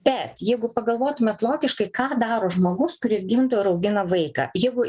bet jeigu pagalvotumėt logiškai ką daro žmogus kuris gimdo ir augina vaiką jeigu